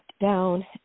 down